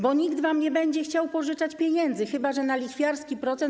Bo nikt wam nie będzie chciał pożyczać pieniędzy, chyba, że na lichwiarski procent.